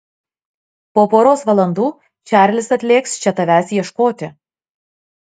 po poros valandų čarlis atlėks čia tavęs ieškoti